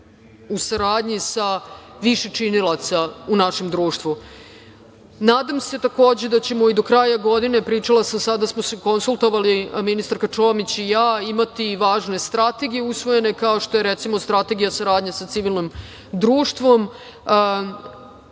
u saradnji sa više činilaca u našem društvu. Nadam se takođe da ćemo do kraja godine, pričala sam da smo se konsultovale ministarka Čomić i ja, imati važne strategije usvojene, kao što je recimo strategija saradnje sa civilnim društvom